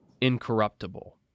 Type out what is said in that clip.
incorruptible